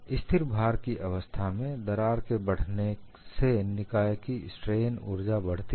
स्थिर भार की अवस्था में दरार के बढ़ने से निकाय की स्ट्रेन ऊर्जा बढ़ती है